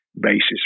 basis